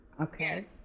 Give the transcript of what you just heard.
Okay